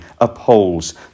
upholds